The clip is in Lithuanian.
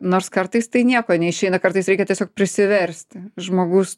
nors kartais tai nieko neišeina kartais reikia tiesiog prisiversti žmogus